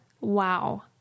wow